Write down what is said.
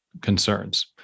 concerns